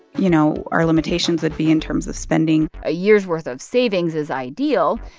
you know, our limitations would be in terms of spending a year's worth of savings is ideal,